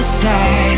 side